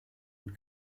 und